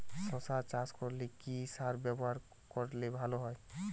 শশা চাষ করলে কি সার ব্যবহার করলে ভালো হয়?